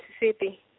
Mississippi